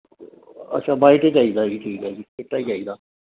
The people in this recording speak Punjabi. ਅੱਛਾ ਵ੍ਹਾਈਟ ਹੀ ਚਾਹੀਦਾ ਜੀ ਠੀਕ ਹੈ ਜੀ ਚਿੱਟਾ ਹੀ ਚਾਹੀਦਾ